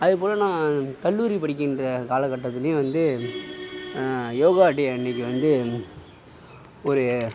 அது போல் நான் கல்லூரி படிக்கின்ற காலக்கட்டத்துலையும் வந்து யோகா டே அன்னைக்கு வந்து ஒரு